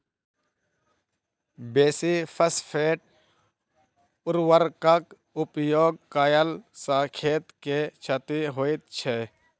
बेसी फास्फेट उर्वरकक उपयोग कयला सॅ खेत के क्षति होइत छै